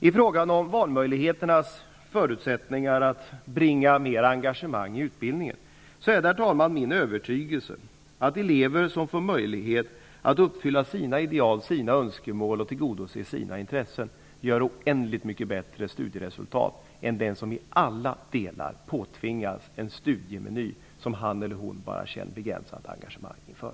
I fråga om valmöjligheternas förutsättningar att bringa mer engagemang i utbildningen är det min övertygelse, herr talman, att elever som får möjlighet att uppfylla sina ideal, sina önskemål och tillgodose sina intressen uppvisar oändligt mycket bättre studieresulat än den elev som i alla delar påtvingas en studiemeny som han eller hon bara känner ett begränsat engagemang inför.